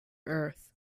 earth